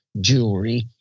jewelry